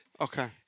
okay